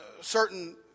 Certain